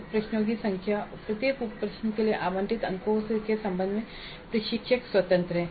उप प्रश्नों की संख्या और प्रत्येक उप प्रश्न के लिए आवंटित अंकों के संबंध में प्रशिक्षक स्वतंत्रत है